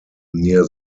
near